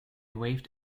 waved